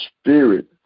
spirit